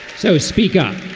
so speak up.